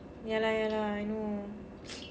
ya lah ya lah I know